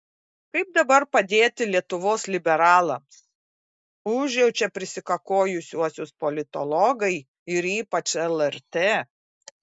kaip dabar padėti lietuvos liberalams užjaučia prisikakojusiuosius politologai ir ypač lrt